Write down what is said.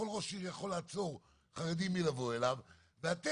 כל ראש עיר יכול לעצור חרדים מלבוא אליו ואתם,